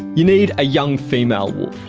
you need a young female wolf.